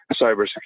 cybersecurity